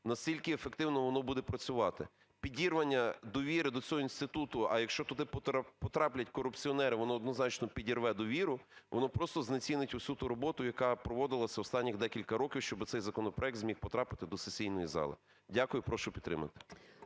настільки ефективно воно буде працювати. Підірвання довіри до цього інституту - а якщо туди потраплять корупціонери, воно однозначно підірве довіру, - воно просто знецінить усю ту роботу, яка проводилася останніх декілька років, щоби цей законопроект зміг потрапити до сесійної зали. Дякую. Прошу підтримати.